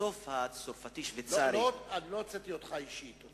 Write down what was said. לא הוצאתי אותך אישית.